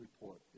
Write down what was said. report